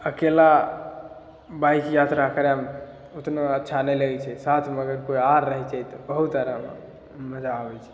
अकेला बाइक यात्रा करऽ मे ओतना अच्छा नहि लगैत छै साथमे अगर केओ आर रहैत छै तऽ बहुत आराम मजा आबैत छै